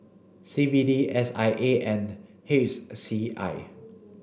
C B D S I A and C I